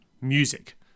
music